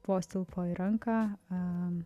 vos tilpo į ranką